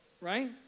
right